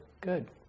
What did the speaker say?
good